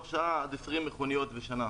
ליבואן זעיר יש הרשאה עד 20 מכוניות בשנה,